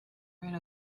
rid